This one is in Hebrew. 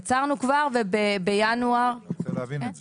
יצרנו כבר, ובינואר --- אני רוצה להבין את זה.